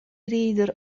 reader